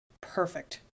perfect